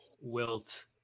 Wilt